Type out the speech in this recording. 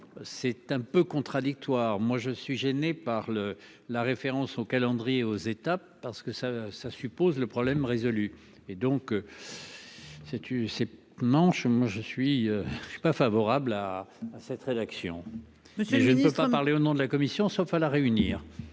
C'est un peu contradictoire. Moi je suis gênée par le la référence au calendrier aux étapes parce que ça ça suppose le problème résolu et donc. Si tu sais manche. Moi je suis je suis pas favorable à cette rédaction. Je ne peux pas parler au nom de la commission, sauf à la réunir.